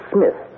Smith